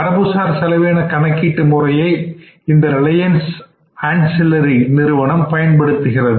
மரபுசார் செலவின கணக்கீட்டு முறையை இந்த ரிலையன்ஸ் ஆன்சிலரி நிறுவனம் பயன்படுத்துகிறது